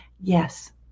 yes